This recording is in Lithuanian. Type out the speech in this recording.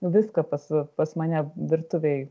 visko pas pas mane virtuvėj